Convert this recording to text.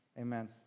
Amen